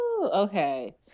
Okay